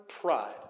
pride